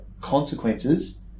consequences